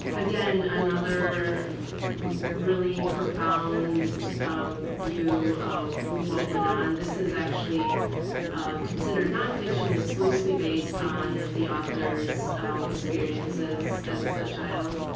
again, another really profound view of what went on. this is actually considered non-fiction. it's loosely based on the author's experiences as a child.